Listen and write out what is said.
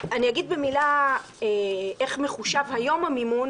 אגיד במילה איך מחושב היום המימון